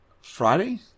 Friday